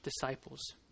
disciples